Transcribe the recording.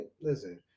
Listen